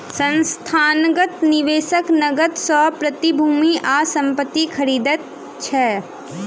संस्थागत निवेशक नकद सॅ प्रतिभूति आ संपत्ति खरीदैत अछि